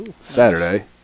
Saturday